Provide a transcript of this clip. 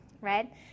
right